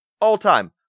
All-time